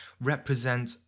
represent